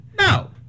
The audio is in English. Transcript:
No